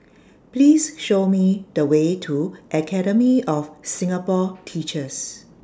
Please Show Me The Way to Academy of Singapore Teachers